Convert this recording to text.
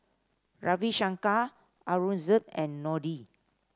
Ravi Shankar Aurangzeb and Dhoni